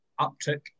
uptick